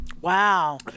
Wow